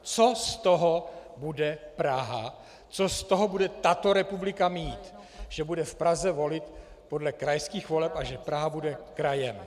Co z toho bude Praha, co z toho bude tato republika mít, že bude v Praze volit podle krajských voleb a že Praha bude krajem?